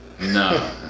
No